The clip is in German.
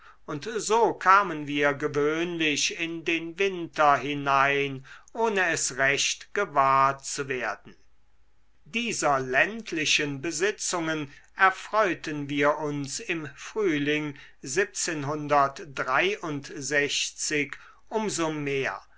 und so kamen wir gewöhnlich in den winter hinein ohne es recht gewahr zu werden dieser ländlichen besitzungen erfreuten wir uns im frühling um so mehr